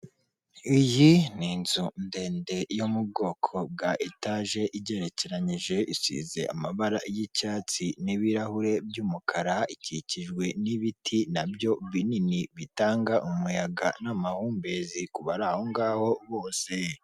iyi ni inzu ndende yo mu bwoko bwa etage igerekeyije, isize amabara y'icyatsi n'ibirahure by'umukara, ikikijwe n'ibiti nabyo binini, bitanga umuyaga n'amahumbezi kubari aho ngaho bose.